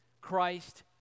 Christ